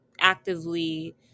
actively